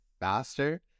faster